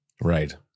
Right